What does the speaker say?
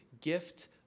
gift